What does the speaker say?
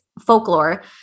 folklore